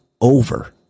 over